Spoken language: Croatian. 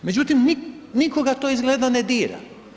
Međutim, nikoga to izgleda ne dira.